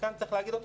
שצריך להגיד אותו,